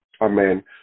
amen